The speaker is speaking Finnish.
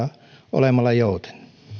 olemalla jouten